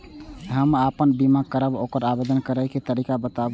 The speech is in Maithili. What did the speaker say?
हम आपन बीमा करब ओकर आवेदन करै के तरीका बताबु?